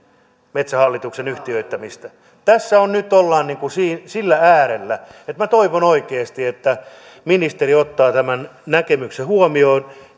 metsähallituksen yhtiöittämistä tässä ollaan nyt sillä äärellä että minä toivon oikeasti että ministeri ottaa tämän näkemyksen huomioon